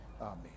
Amen